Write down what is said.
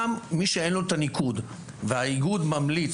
גם אם יש מישהו שלא מגיע לניקוד הנדרש אבל האיגוד ממליץ